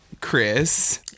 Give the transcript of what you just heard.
Chris